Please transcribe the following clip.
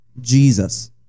Jesus